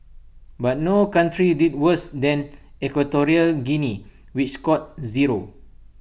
but no country did worse than equatorial Guinea which scored zero